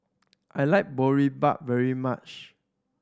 I like Boribap very much